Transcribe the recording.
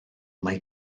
mae